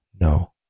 no